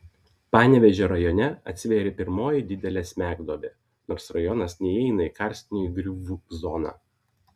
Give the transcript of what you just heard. panevėžio rajone atsivėrė pirmoji didelė smegduobė nors rajonas neįeina į karstinių įgriuvų zoną